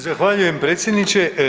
Zahvaljujem predsjedniče.